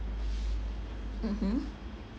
mmhmm